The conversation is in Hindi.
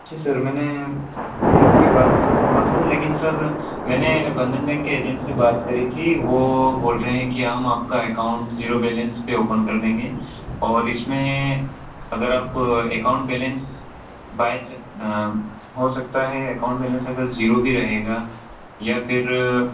जी सर मैंने मैं आपकी बात से सहमत हूँ लेकिन सर मैंने बंधन बैंक के एजेंट से बात करी थी वे बोलते हैं कि हम आपका अकाउन्ट ज़ीरो बैलेंस पर ओपन कर देंगे और इसमें अगर आप अकाउन्ट बैलेंस बायस हो सकता है अकाउन्ट बैलेंस अगर ज़ीरो भी रहेगा या फिर